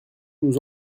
nous